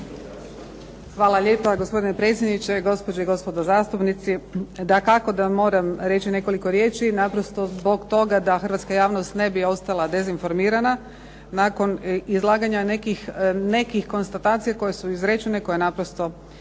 Hvala lijepo. Gospodine predsjedniče, gospođe i gospodo zastupnici. Dakako da moram reći nekoliko riječi naprosto zbog toga da hrvatska javnost ne bi ostala dezinformirana nakon izlaganja nekih konstatacija koje su izrečene, koje naprosto